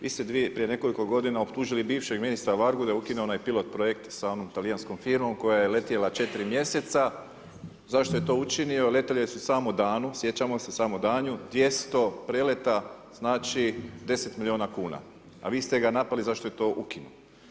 Vi ste dvije, prije nekoliko godina optužili bivšeg ministra Vargu da je ukinuo onaj pilot projekt s onom talijanskom firmom koja je letjela 4 mjeseca, zašto je to učinio, letjele su samo danu, sjećamo se samo danju, 200 preleta, znači 10 miliona kuna, a Vi ste ga napali zašto je to ukinuo.